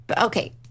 Okay